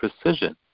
precision